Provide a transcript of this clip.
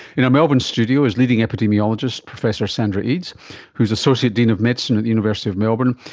in our melbourne studio is leading epidemiologist professor sandra eades who is associate dean of medicine at the university of melbourne,